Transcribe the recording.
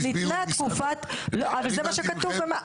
זה מה שכתוב.